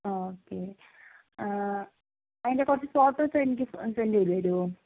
ആ ഓക്കേ അതിൻ്റെ കുറച്ച് ഫോട്ടോസ് എനിക്ക് സെൻറ് ചെയ്തു തരൂമോ